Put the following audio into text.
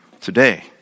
today